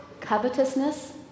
covetousness